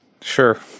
Sure